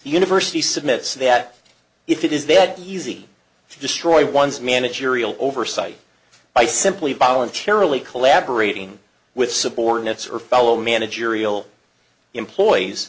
university submits that if it is that easy to destroy one's managerial oversight by simply voluntarily collaborating with subordinates or fellow managerial employees